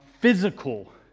physical